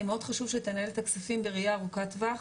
מאוד חשוב שתנהל את הכספים בראיה ארוכת טווח.